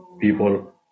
people